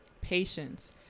Patience